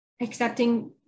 accepting